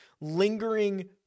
lingering